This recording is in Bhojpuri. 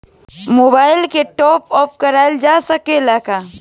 मोबाइल के टाप आप कराइल जा सकेला का?